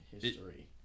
history